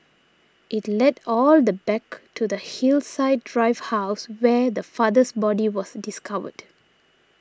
it led all the back to the Hillside Drive house where the father's body was discovered